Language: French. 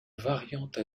variante